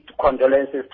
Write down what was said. condolences